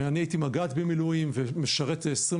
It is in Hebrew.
כשהייתי מג"ד במילואים ומשרת 23,